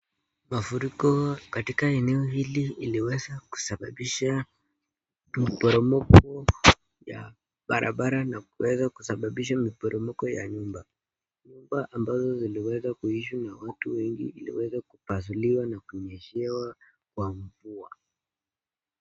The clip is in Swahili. Mafuriko katika eneo hili iliweza kusababisha maporomoko ya barabara na kuweza kusababisha maporomoko ya nyumba. Nyumba ambazo ziliweza kuishi na watu wengi ziliweza kupasuliwa na kunyeshewa kwa mvua.